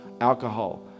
alcohol